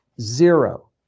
Zero